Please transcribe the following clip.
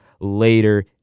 later